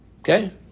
Okay